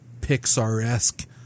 Pixar-esque